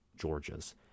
Georgia's